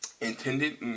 intended